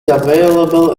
available